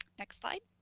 next slide.